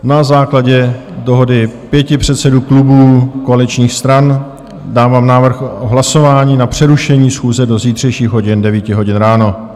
Na základě dohody pěti předsedů klubů koaličních stran dávám návrh o hlasování na přerušení schůze do zítřejších 9 hodin ráno.